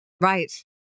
right